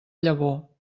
llavor